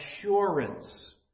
assurance